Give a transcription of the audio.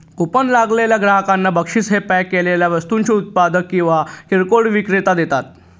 coupon लागलेल्या ग्राहकांना बक्षीस हे पॅक केलेल्या वस्तूंचे उत्पादक किंवा किरकोळ विक्रेते देतात